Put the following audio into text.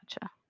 gotcha